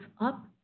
up